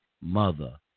mother